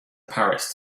paris